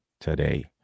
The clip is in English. today